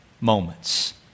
moments